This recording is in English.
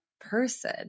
person